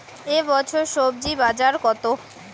এ বছর স্বজি বাজার কত?